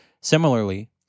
Similarly